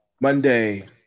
monday